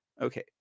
Okay